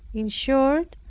in short,